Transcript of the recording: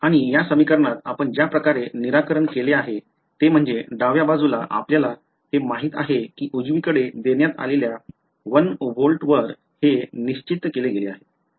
आणि या समीकरणात आपण ज्या प्रकारे निराकरण केले आहे ते म्हणजे डाव्या बाजूला आपल्याला हे माहित आहे की उजवीकडे देण्यात आलेल्या 1 व्होल्टवर ते निश्चित केले गेले आहे